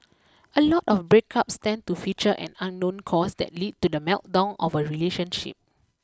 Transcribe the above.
a lot of breakups tend to feature an unknown cause that lead to the meltdown of a relationship